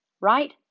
Right